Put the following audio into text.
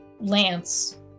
Lance